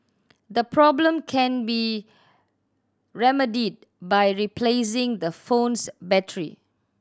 the problem can be remedied by replacing the phone's battery